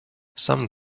some